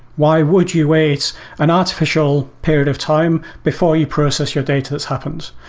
why would you wait an artificial period of time before you process your data that happened?